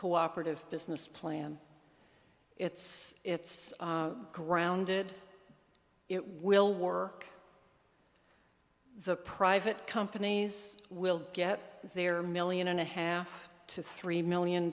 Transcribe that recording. cooperative business plan it's grounded it will work the private companies will get their million and a half to three million